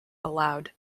allowed